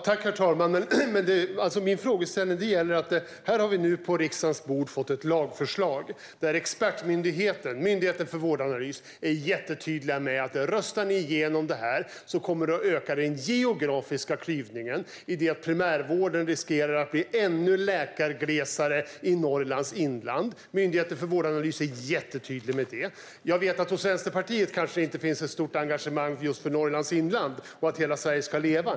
Herr talman! Min frågeställning gäller att vi nu på riksdagens bord har fått ett lagförslag, där expertmyndigheten, Myndigheten för vårdanalys, är jättetydlig: Om ni röstar igenom detta kommer det att öka den geografiska klyvningen i det att primärvården riskerar att bli ännu mer läkargles i Norrlands inland. Jag vet att det hos Vänsterpartiet kanske inte finns något stort engagemang just för Norrlands inland och för att hela Sverige ska leva.